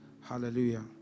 Hallelujah